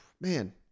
man